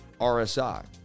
RSI